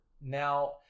now